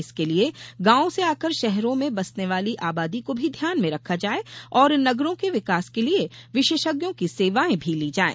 इसके लिए गांव से आकर शहरों मे बसने वाली आबादी को भी ध्यान में रखा जाये और नगरों के विकास के लिए विशेषज्ञों की सेवायें भी ली जाये